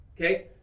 okay